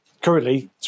currently